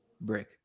Brick